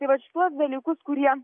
tai vat šituos dalykus kurie